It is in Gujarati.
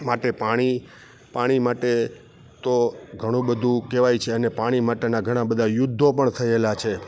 માટે પાણી પાણી માટે તો ઘણુબધું કહેવાય છે અને પાણી માટેનાં ઘણા બધા યુદ્ધો પણ થયેલા છે